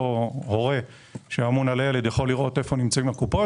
הורה שאחראי על הילד יכול לראות איפה נמצאות הקופות.